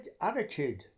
attitude